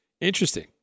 Interesting